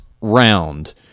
round